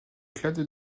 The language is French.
clade